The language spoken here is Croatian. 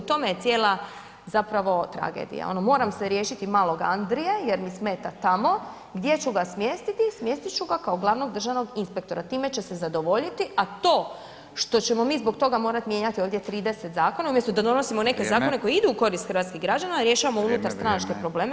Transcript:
U tome je cijela zapravo tragedija, ono moram se riješiti malog Andrije jer mi smeta tamo, gdje ću ga smjestiti, smjestit ću ga kao glavnog državnog inspektora, time će se zadovoljiti, a to što ćemo mi zbog toga morati mijenjat ovdje 30 zakona umjesto da donosimo neke zakone koje idu u korist hrvatskih građana [[Upadica: Vrijeme.]] rješavamo unutarstranačke probleme.